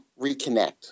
reconnect